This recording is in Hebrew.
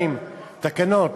כ-22 תקנות